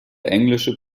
englische